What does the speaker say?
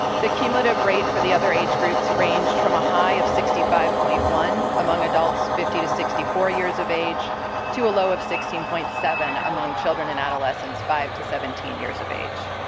the cumulative rate for the other age groups ranged from a high of sixty five point one among adults fifty to sixty four years of age to a low of sixteen point seven among children and adolescents five to seventeen years of age.